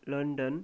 London